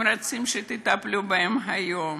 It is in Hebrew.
הם רוצים שתטפלו בהם היום,